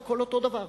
הכול אותו דבר.